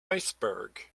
iceberg